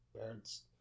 parents